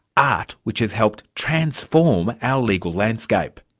art which has helped transform our legal landscape.